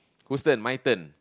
whose turn my turn